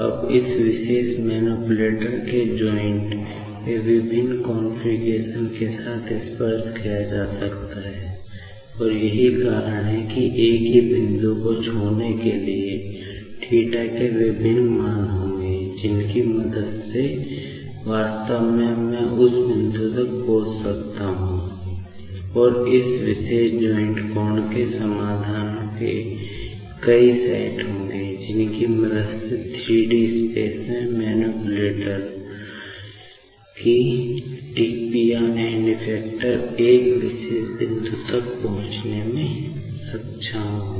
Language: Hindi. अब इस बिंदु को मैनीपुलेटर एक विशेष बिंदु तक पहुंचने में सक्षम होगा